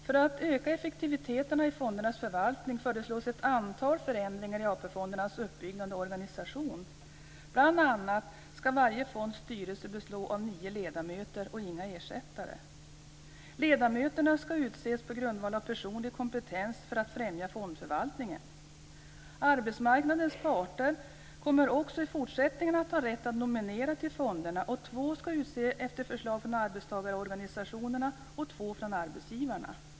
För att öka effektiviteten i fondernas förvaltning föreslås ett antal förändringar i AP fondernas uppbyggnad och organisation. Bl.a. ska varje fonds styrelse bestå av nio ledamöter utan ersättare. Ledamöterna ska för främjande av fondförvaltningen utses på grundval av personlig kompetens. Arbetsmarknadens parter kommer också i fortsättningen att ha rätt att nominera till fonderna. Två ska utses efter förslag från arbetstagarorganisationerna och två från arbetsgivarna.